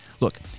look